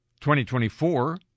2024